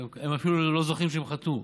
והם אפילו לא זוכרים שהם חתמו,